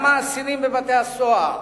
גם האסירים בבתי-הסוהר,